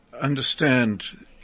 understand